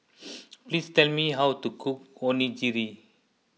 please tell me how to cook Onigiri